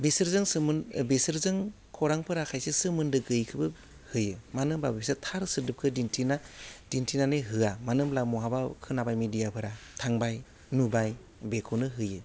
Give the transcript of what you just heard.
बिसोरजों बिसोरजों खौरांफोरा खायसे सोमोन्दो गैयैखौबो होयो मानो होमबा बिसोर थार सोदोबखौ दिन्थिना दिन्थिनानै होआ मानो होम्ब्ला बहाबा खोनाबाय मेडियाफोरा थांबाय नुबाय बेखौनो होयो